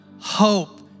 Hope